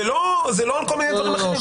זה לא על כל מיני דברים אחרים.